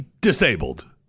disabled